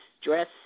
stress